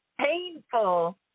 Painful